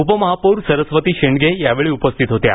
उपमहापौर सरस्वती शेंडगे यावेळी उपस्थित होत्या